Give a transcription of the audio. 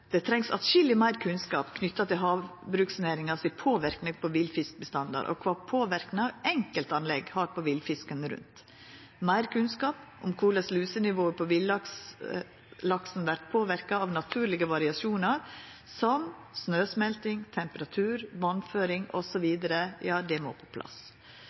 Det trengst atskilleg meir kunnskap knytt til havbruksnæringa sin påverknad på villfiskbestandar, og kva påverknad enkeltanlegg har på villfisken rundt. Meir kunnskap om korleis lusenivået på villaksen vert påverka av naturlege variasjonar som snøsmelting, temperatur, vassføring osv., må på plass.